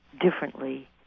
differently